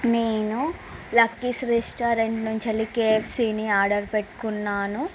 నేను Lucky's restaurant నుంచి వెళ్ళి కేఎఫ్సీని ఆర్డర్ పెట్టుకున్నాను